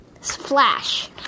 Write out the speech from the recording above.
Flash